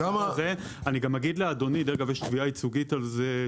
אני גם אגיד לאדוני ויש תביעה ייצוגית על זה,